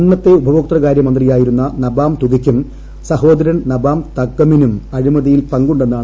അന്നത്തെ ഉപഭോക്തൃകാര്യ മന്ത്രിയായിരുന്ന നബാം തുകിക്കും സഹോദരൻ നബാം തഗമിനും അഴിമതിയിൽ പങ്കുണ്ടെന്നാണ് ആരോപണം